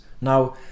now